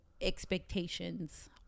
expectations